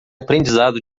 aprendizado